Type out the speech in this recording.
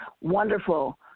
wonderful